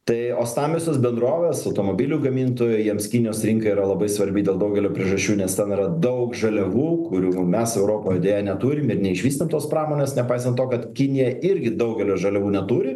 tai o stambiosios bendrovės automobilių gamintojai jiems kinijos rinka yra labai svarbi dėl daugelio priežasčių nes ten yra daug žaliavų kurių mes europoje deja neturim ir neišvystėm tos pramonės nepaisant to kad kinija irgi daugelio žaliavų neturi